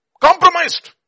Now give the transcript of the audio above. Compromised